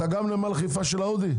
אתה גם נמל חיפה של ההודי?